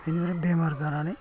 बिनिफ्राय बेमार जानानै